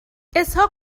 اسحاق